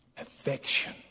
affection